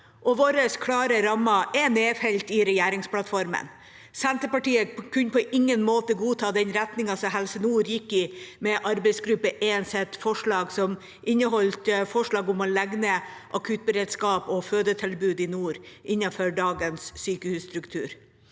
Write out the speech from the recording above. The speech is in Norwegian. våre klare rammer er nedfelt i regjeringsplattformen. Senterpartiet kunne på ingen måte godta den retningen Helse nord gikk i med forslaget fra arbeidsgruppe 1, som inneholdt forslag om å legge ned akuttberedskap og fødetilbud i nord innenfor dagens sykehusstruktur.